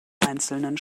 einzelnen